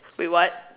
wait what